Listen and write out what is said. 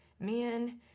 Men